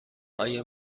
آیا